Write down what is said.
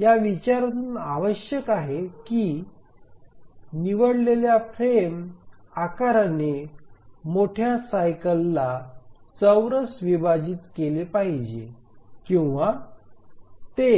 या विचारातून आवश्यक आहे की निवडलेल्या फ्रेम आकाराने मोठ्या सायकल ला चौरस विभाजित केले पाहिजे किंवा ते